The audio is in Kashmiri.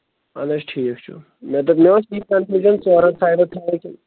اَدٕ حظ ٹھیٖک چھُ مےٚ دوٚپ مےٚ اوس یی کَنفیوٗجَن ژورو سایڈَو تھایہ کِنہٕ